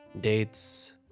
Dates